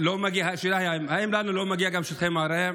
השאלה היא, האם לא מגיעים שטחי מרעה?